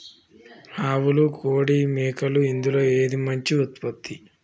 ఆవులు కోడి మేకలు ఇందులో ఏది మంచి ఉత్పత్తి?